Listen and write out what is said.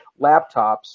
laptops